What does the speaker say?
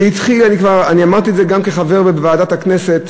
זה התחיל, אני אמרתי את זה גם כחבר בוועדת הכנסת